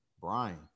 Brian